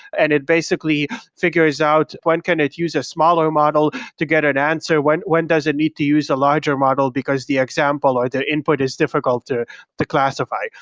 and it basically figures out when can it use a smaller model to get an answer, when when does it need to use a larger model because the example or the input is difficult to classify.